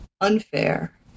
unfair